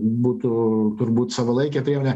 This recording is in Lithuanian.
būtų turbūt savalaikė priemonė